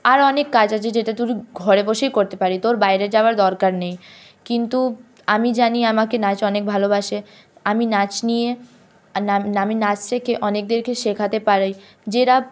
আরও অনেক কাজ আছে যেটা তুই ঘরে বসেই করতে পারিস তোর বাইরে যাওয়ার দরকার নেই কিন্তু আমি জানি আমাকে নাচ অনেক ভালোবাসে আমি নাচ নিয়ে আমি নাচ শিখে অনেকদেরকে শেখাতে পারি যারা